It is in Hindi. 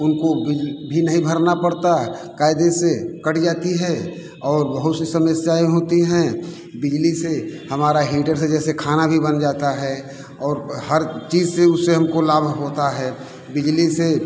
उनको बिल भी नहीं भरना पड़ता कायदे से कट जाती है और बहुत सी समस्याएं होती हैं बिजली से हमारा हीटर से जैसे खाना भी बन जाता है और हर चीज से उससे हमको लाभ होता है बिजली से